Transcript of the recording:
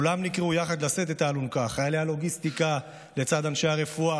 כולם נקראו יחד לשאת את האלונקה: חיילי הלוגיסטיקה לצד אנשי הרפואה,